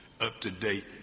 up-to-date